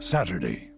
Saturday